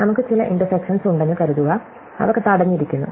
നമുക്ക് ചില ഇന്റർസെക്ഷൻസ് ഉണ്ടെന്നു കരുതുക അവ തടഞ്ഞിരിക്കുന്നു